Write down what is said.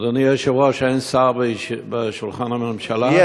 אדוני היושב-ראש, אין שר בשולחן הממשלה?